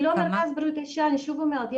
זה לא מרכז בריאות האישה אני שוב אומרת,